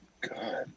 God